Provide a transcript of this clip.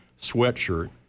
sweatshirt